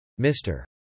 Mr